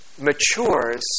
matures